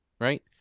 Right